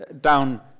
down